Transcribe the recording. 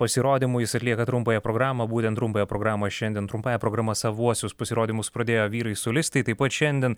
pasirodymu jis atlieka trumpąją programą būtent trumpąją programą šiandien trumpąja programa savuosius pasirodymus pradėjo vyrai solistai taip pat šiandien